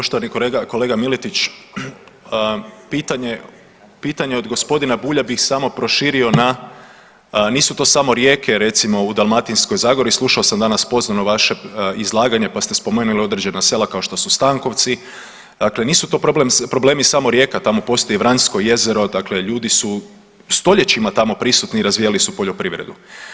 Poštovani kolega Miletić, pitanje, pitanje od gospodina Bulja bi samo proširio na, nisu to samo rijeke recimo u Dalmatinskoj zagori, slušao sam danas pozorno vaše izlaganje pa ste spomenuli određena sela kao što su Stankovci, dakle nisu to problemi samo rijeka tamo postoji Vransko jezero, dakle ljudi su stoljećima tamo prisutni i razvijali su poljoprivredu.